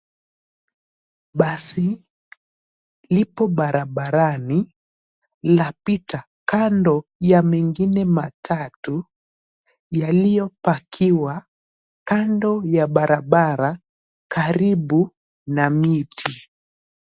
Basi lipo barabarani lapita kando ya mengine matatu yaliyopakiwa kando ya barabara karibu na miti.